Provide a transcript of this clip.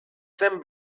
zen